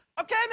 Okay